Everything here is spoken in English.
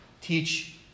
teach